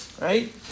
Right